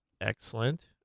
Excellent